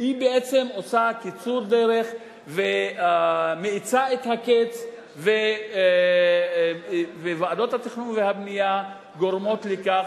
היא בעצם עושה קיצור דרך ומאיצה את הקץ וועדות התכנון והבנייה גורמות לכך